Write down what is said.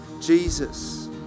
Jesus